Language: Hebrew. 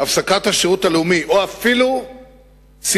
הפסקת השירות הלאומי או אפילו צמצומו